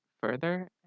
further